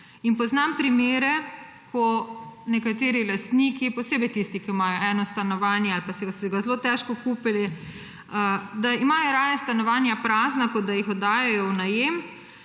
Poznam primere, ko nekateri lastniki, posebej tisti, ki imajo eno stanovanje ali pa so ga zelo težko kupili, da imajo raje stanovanja prazna, kot da jih oddajajo v najem,